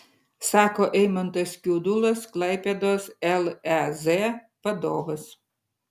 sako eimantas kiudulas klaipėdos lez vadovas